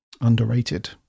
Underrated